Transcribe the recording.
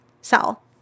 sell